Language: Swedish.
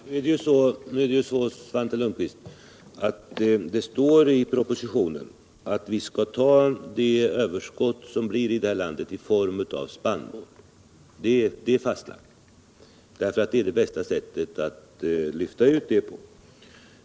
Herr talman! I propositionen står det, Svante Lundkvist, att staten — ken, m.m. skall ta ansvaret för det överskott av spannmål som uppstår i vårt land. Det är fastlagt. Det är nämligen bästa sättet att lyfta ut det.